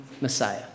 Messiah